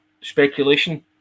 speculation